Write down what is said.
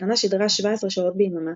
"התחנה שידרה 17 שעות ביממה,